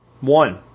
One